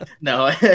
no